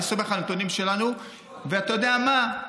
אני סומך על הנתונים שלנו, אתה יודע מה,